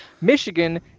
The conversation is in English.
Michigan